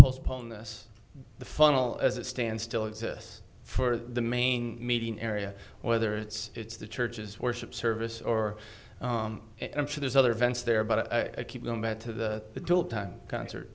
postpone this the funnel as it stands still exists for the main meeting area whether it's it's the churches worship service or i'm sure there's other events there but i keep going back to the old time concert